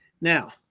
Now